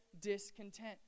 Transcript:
discontent